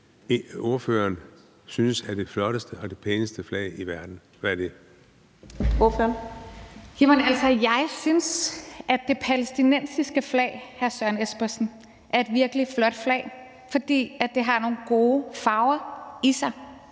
Ordføreren. Kl. 10:47 Rosa Lund (EL): Jamen altså, jeg synes, at det palæstinensiske flag, hr. Søren Espersen, er et virkelig flot flag, fordi det har nogle gode farver i sig.